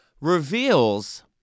reveals